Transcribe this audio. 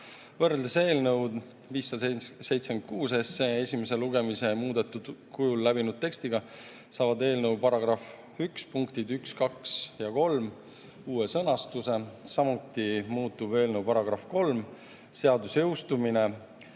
Võrreldes eelnõu 576 esimese lugemise muudetud kujul läbinud tekstiga saavad eelnõu § 1 punktid 1, 2 ja 3 uue sõnastuse. Samuti muutub eelnõu § 3 "Seaduse jõustumine".